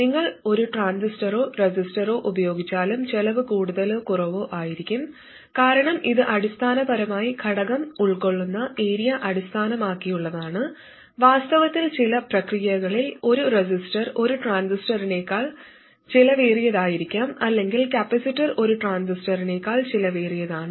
നിങ്ങൾ ഒരു ട്രാൻസിസ്റ്ററോ റെസിസ്റ്ററോ ഉപയോഗിച്ചാലും ചെലവ് കൂടുതലോ കുറവോ ആയിരിക്കും കാരണം ഇത് അടിസ്ഥാനപരമായി ഘടകം ഉൾക്കൊള്ളുന്ന ഏരിയ അടിസ്ഥാനമാക്കിയുള്ളതാണ് വാസ്തവത്തിൽ ചില പ്രക്രിയകളിൽ ഒരു റെസിസ്റ്റർ ഒരു ട്രാൻസിസ്റ്ററിനേക്കാൾ ചെലവേറിയതായിരിക്കാം അല്ലെങ്കിൽ കപ്പാസിറ്റർ ഒരു ട്രാൻസിസ്റ്ററിനേക്കാൾ ചെലവേറിയതാണ്